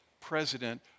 president